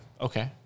Okay